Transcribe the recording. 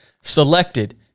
selected